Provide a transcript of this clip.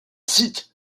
site